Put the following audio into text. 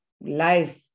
life